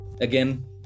again